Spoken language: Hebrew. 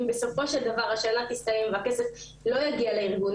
אם בסופו של דבר השנה תסתיים והכסף לא יגיע לארגון,